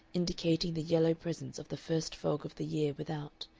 indicating the yellow presence of the first fog of the year without,